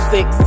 Six